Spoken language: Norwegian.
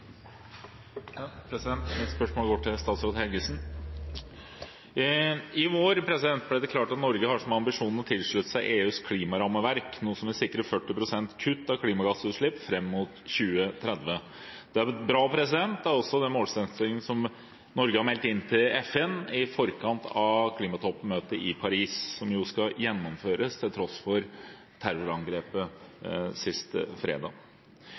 Mitt spørsmål går til statsråd Helgesen. I vår ble det klart at Norge har som ambisjon å tilslutte seg EUs klimarammeverk, noe som vil sikre 40 pst. kutt i klimagassutslipp fram mot 2030. Det er bra. Det er også den målsettingen Norge har meldt inn til FN i forkant av klimatoppmøtet i Paris – som jo skal gjennomføres, til tross for terrorangrepet sist fredag.